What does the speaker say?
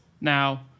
now